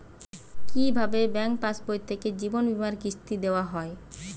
কি ভাবে ব্যাঙ্ক পাশবই থেকে জীবনবীমার কিস্তি দেওয়া হয়?